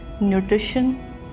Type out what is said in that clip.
nutrition